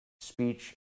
speech